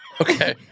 Okay